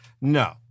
No